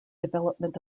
development